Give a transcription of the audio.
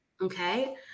Okay